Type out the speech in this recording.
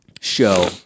show